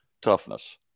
toughness